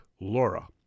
Laura